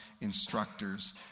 instructors